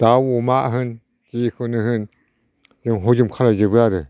दाउ अमा होन जेखौनो जों हजम खालामजोबो आरो